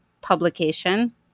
publication